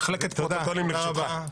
מחלקת פרוטוקולים לרשותך.